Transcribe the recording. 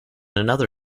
another